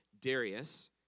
Darius